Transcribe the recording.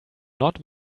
not